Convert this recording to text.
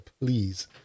please